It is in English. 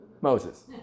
Moses